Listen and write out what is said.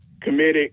committed